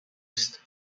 است